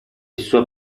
sua